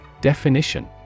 Definition